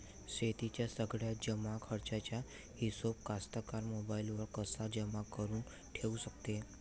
शेतीच्या सगळ्या जमाखर्चाचा हिशोब कास्तकार मोबाईलवर कसा जमा करुन ठेऊ शकते?